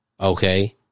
okay